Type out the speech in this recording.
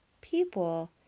people